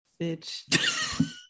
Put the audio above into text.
bitch